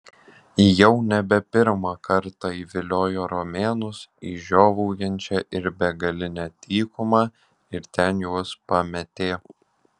jau nebe pirmą kartą įviliojo romėnus į žiovaujančią ir begalinę dykumą ir ten juos pametė